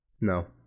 No